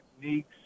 techniques